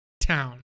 town